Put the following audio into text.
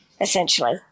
essentially